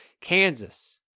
Kansas